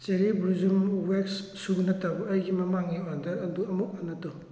cherry blossom wax ꯁꯨ ꯅꯠꯇꯕ ꯑꯩꯒꯤ ꯃꯃꯥꯡꯒꯤ ꯑꯣꯗꯔ ꯑꯗꯨ ꯑꯃꯨꯛ ꯍꯟꯅ ꯇꯧ